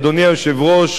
אדוני היושב-ראש,